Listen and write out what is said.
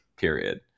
period